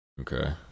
Okay